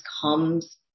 comes